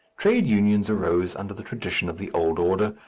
trade unions arose under the tradition of the old order,